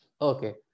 Okay